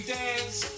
dance